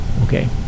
okay